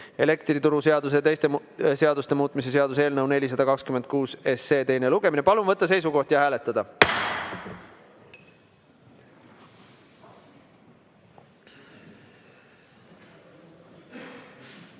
elektrituruseaduse ja teiste seaduste muutmise seaduse eelnõu 426 teine lugemine. Palun võtta seisukoht ja hääletada!